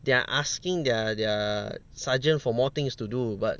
they're asking their their sergeant for more things to do but